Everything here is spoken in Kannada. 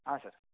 ಹಾಂ ಸರ್